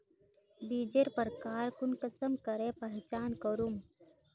बीजेर प्रकार कुंसम करे पहचान करूम?